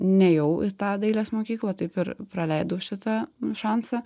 nėjau į tą dailės mokyklą taip ir praleidau šitą šansą